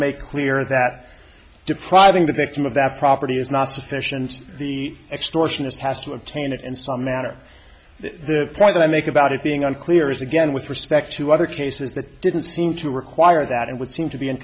make clear that depriving the victim of that property is not sufficient the extortionist has to obtain it in some manner the point i make about it being unclear is again with respect to other cases that didn't seem to require that it would seem to be